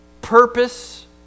purpose